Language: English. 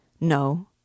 No